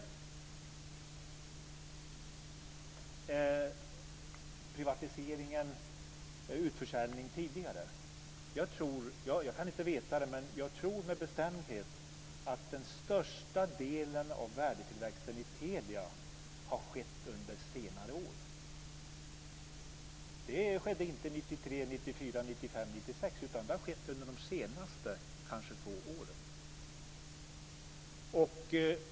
I fråga om privatisering och utförsäljning tidigare kan jag inte veta det, men jag tror med bestämdhet att den största delen av värdetillväxten i Telia har skett under senare år. Den skedde inte 1993, 1994, 1995 eller 1996, utan den har skett under de två senaste åren.